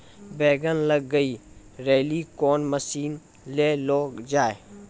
बैंगन लग गई रैली कौन मसीन ले लो जाए?